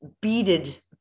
beaded